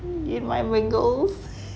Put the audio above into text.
in my wingle